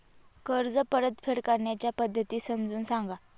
कर्ज परतफेड करण्याच्या पद्धती समजून सांगा